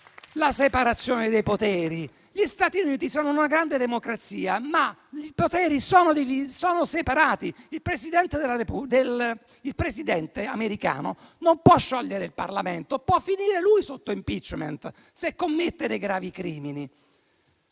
la separazione dei poteri. Gli Stati Uniti sono una grande democrazia, ma i poteri sono separati. Il Presidente americano non può sciogliere il Parlamento, ma può finire lui sotto *impeachment* se commette dei gravi crimini.